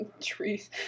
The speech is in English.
Trees